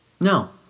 No